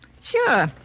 Sure